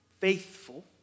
faithful